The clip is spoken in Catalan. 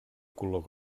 color